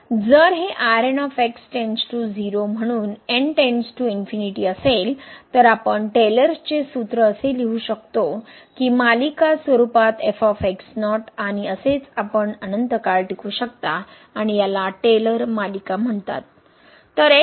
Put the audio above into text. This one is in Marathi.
जर हे म्हणून असेल तर आपण टेलर्स चे सूत्र असे लिहू शकतो की मालिका स्वरूपात आणि असेच आपण अनंत काळ टिकू शकता आणि याला टेलर मालिका म्हणतात